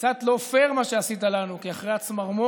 קצת לא פייר מה שעשית לנו, כי אחרי הצמרמורת,